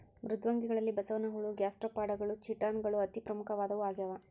ಮೃದ್ವಂಗಿಗಳಲ್ಲಿ ಬಸವನಹುಳ ಗ್ಯಾಸ್ಟ್ರೋಪಾಡಗಳು ಚಿಟಾನ್ ಗಳು ಅತಿ ಪ್ರಮುಖವಾದವು ಆಗ್ಯಾವ